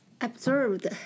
observed